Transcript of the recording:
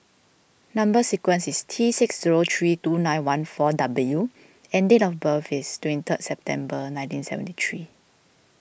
Number Sequence is T six zero three two nine one four W and date of birth is twenty third September nineteen seventy three